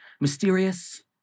mysterious